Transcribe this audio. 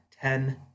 ten